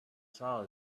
saw